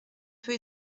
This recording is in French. peu